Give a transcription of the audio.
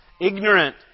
Ignorant